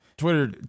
Twitter